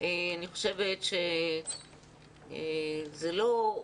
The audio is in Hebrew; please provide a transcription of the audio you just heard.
אני חושבת שזה לא,